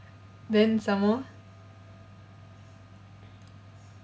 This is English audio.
then some more